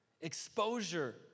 Exposure